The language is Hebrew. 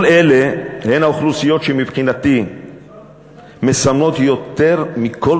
כל אלה הן האוכלוסיות שמבחינתי מסמנות יותר מכל